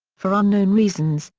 for unknown reasons,